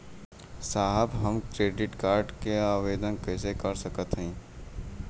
साहब हम credit card क आवेदन कइसे कर सकत हई?